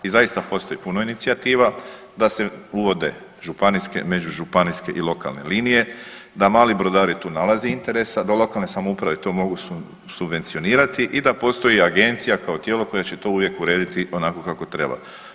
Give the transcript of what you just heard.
I zaista postoji puno inicijativa da se uvode županijske, međužupanijske i lokalne linije, da mali brodari tu nalaze interesa, da lokalne samouprave to mogu subvencionirati i da postoji agencija kao tijelo koja će to uvijek urediti onako kako treba.